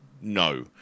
No